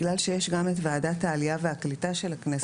בגלל שיש גם את ועדת העלייה והקליטה של הכנסת.